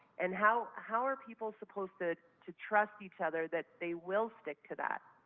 and how how are people supposed to to trust each other that they will stick to that?